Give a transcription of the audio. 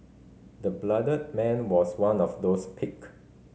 the bloodied man was one of those picked